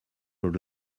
road